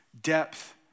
depth